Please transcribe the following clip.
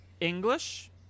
English